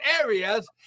areas